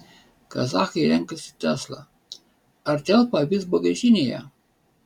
kazachai renkasi tesla ar telpa avis bagažinėje